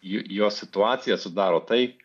jos situacija sudaro tai